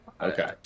Okay